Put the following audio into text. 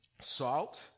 Salt